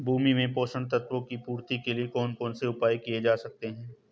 भूमि में पोषक तत्वों की पूर्ति के लिए कौन कौन से उपाय किए जा सकते हैं?